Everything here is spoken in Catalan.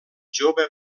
jove